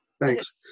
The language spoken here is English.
Thanks